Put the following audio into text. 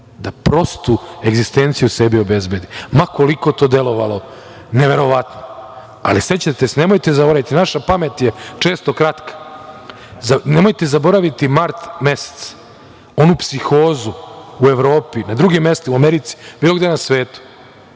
da prostu egzistenciju sebi obezbedi, ma koliko to delovalo neverovatno, ali sećate se, nemojte zaboraviti, naša pamet je često kratka. Nemojte zaboraviti mart mesec, onu psihozu u Evropi, na drugim mestima, u Americi, bilo gde na svetu.